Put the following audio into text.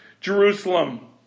Jerusalem